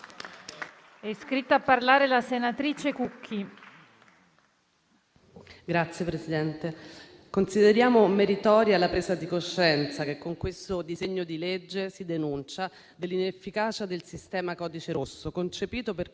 È iscritta a parlare la senatrice Camusso.